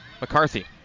McCarthy